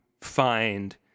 find